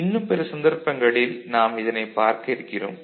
இன்னும் பிற சந்தர்ப்பங்களில் நாம் இதனைப் பார்க்க இருக்கிறோம்